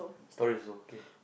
story also okay